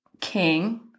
king